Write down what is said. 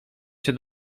się